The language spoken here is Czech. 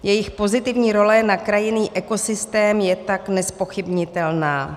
Jejich pozitivní role na krajinný ekosystém je tak nezpochybnitelná.